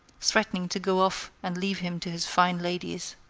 threatening to go off and leave him to his fine ladies.